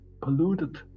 polluted